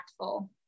impactful